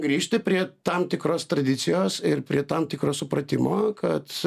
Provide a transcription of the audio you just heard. grįžti prie tam tikros tradicijos ir prie tam tikro supratimo kad